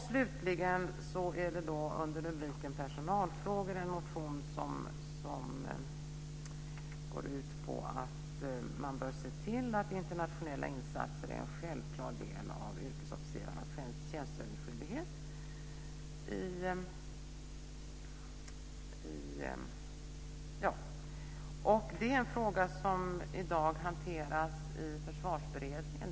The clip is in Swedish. Slutligen finns det under rubriken "Personalfrågor" en motion som går ut på att man bör se till att internationella insatser är en självklar del av yrkesofficerarnas tjänstgöringsskyldighet. Det är en fråga som i dag hanteras i försvarsberedningen.